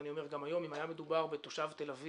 ואני אומר גם היום: אם היה מדובר בתושב תל-אביב,